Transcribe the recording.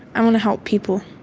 i wanna help people.